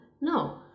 No